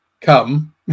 come